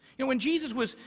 and when jesus was,